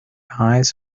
eyes